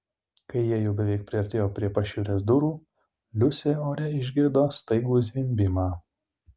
kai jie jau beveik priartėjo prie pašiūrės durų liusė ore išgirdo staigų zvimbimą